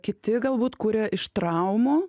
kiti galbūt kuria iš traumų